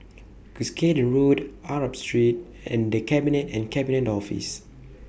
Cuscaden Road Arab Street and The Cabinet and Cabinet Office